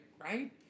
Right